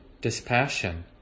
dispassion